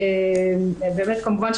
כמובן,